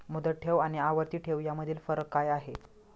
मुदत ठेव आणि आवर्ती ठेव यामधील फरक काय आहे?